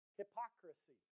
hypocrisy